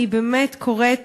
אני קוראת